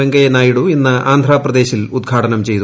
വെങ്കയ്യ നായിഡു ഇന്ന് ആന്ധ്രാപ്രദേശിൽ ഉദ്ഘാടനം ചെയ്തു